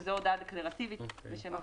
שזו הודעה דקלרטיבית לשם הוודאות.